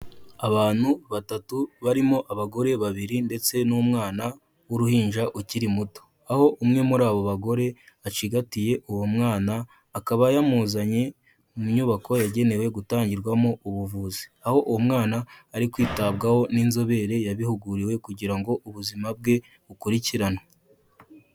Abantu batatu barimo abagore babiri ndetse n'umwana w'uruhinja ukiri muto, aho umwe muri abo bagore acigatiye uwo mwana akaba yamuzanye mu nyubako yagenewe gutangirwamo ubuvuzi, aho uwo mwana ari kwitabwaho n'inzobere yabihuguriwe kugira ngo ubuzima bwe bukurikiranwe.